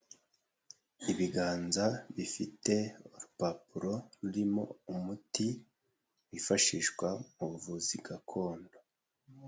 Ibiganza bifite urupapuro rurimo umuti wifashishwa mu buvuzi gakondo.